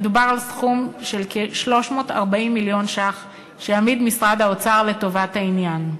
מדובר על סכום של כ-340 מיליון שקלים שיעמיד משרד האוצר לטובת העניין.